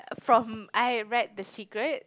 from I have read the secret